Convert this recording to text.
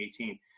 2018